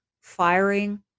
firing